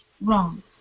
wrong